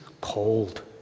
cold